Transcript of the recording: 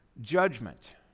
judgment